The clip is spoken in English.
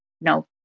no